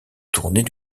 tournée